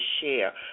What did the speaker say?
share